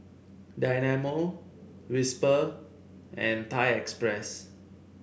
Dynamo Whisper and Thai Express